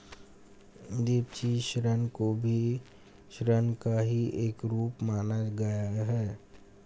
द्विपक्षीय ऋण को भी ऋण का ही एक रूप माना गया है